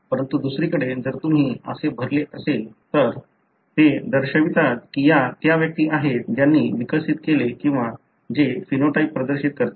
परंतु दुसरीकडे जर तुम्ही असे भरले असेल तर ते दर्शवतात की या त्या व्यक्ती आहेत ज्यांनी विकसित केले किंवा जे फेनोटाइप प्रदर्शित करतात